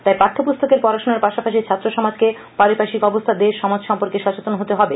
তাই পাঠ্যপুস্তকের পড়াশোনার পাশাপাশি ছাত্র সমাজকে পারিপার্শ্বিক অবস্থা দেশ সমাজ সম্পর্কে সচেতন হতে হবে